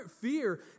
fear